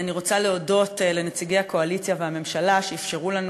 אני רוצה להודות לנציגי הקואליציה והממשלה שאפשרו לנו